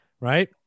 right